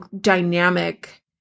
dynamic